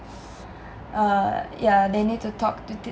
uh ya they need to talk with